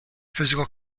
physical